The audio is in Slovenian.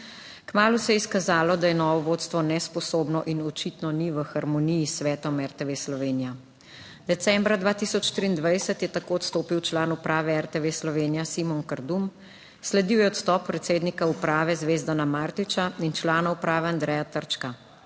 Kmalu se je izkazalo, da je novo vodstvo nesposobno in očitno ni v harmoniji s svetom RTV Slovenija. Decembra 2023 je tako odstopil član uprave RTV Slovenija Simon Kardum, sledil je odstop predsednika uprave Zvezdana Martiča in člana uprave Andreja Trčka.